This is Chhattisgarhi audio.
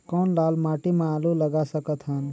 कौन लाल माटी म आलू लगा सकत हन?